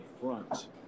front